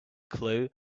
clue